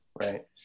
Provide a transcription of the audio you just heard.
Right